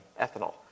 ethanol